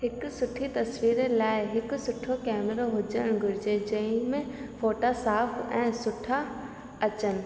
हिकु सुठी तस्वीर लाइ हिकु सुठो कैमरो हुजणु घुरिजे जंहिंमें फ़ोटा साफ़ु ऐं सुठा अचनि